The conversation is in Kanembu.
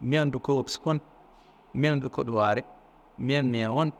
mea- n luko wusku n, mea- n luko luwari, mea- n mewu n.